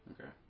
okay